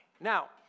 Now